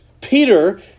Peter